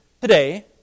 today